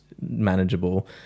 manageable